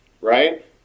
right